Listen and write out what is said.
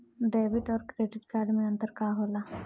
Debit और credit card मे अंतर का होला?